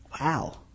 Wow